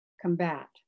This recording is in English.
combat